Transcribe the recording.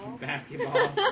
Basketball